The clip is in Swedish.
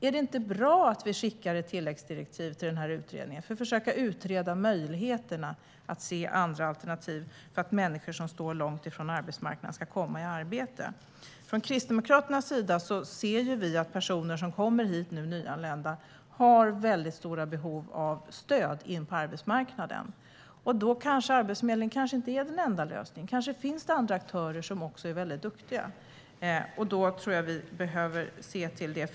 Är det inte bra att vi skickar ett tilläggsdirektiv till utredningen för att försöka utreda möjligheterna att se andra alternativ - detta för att människor som står långt ifrån arbetsmarknaden ska komma i arbete? Från Kristdemokraternas sida ser vi att personer som är nyanlända har väldigt stora behov av stöd in på arbetsmarknaden. Arbetsförmedlingen kanske inte är den enda lösningen. Kanske finns det andra aktörer som också är väldigt duktiga. Då tror jag att vi behöver se det.